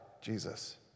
Jesus